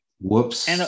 Whoops